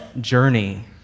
journey